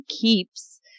keeps